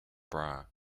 bra